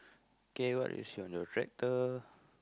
okay what is on your tractor